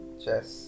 chess